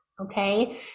okay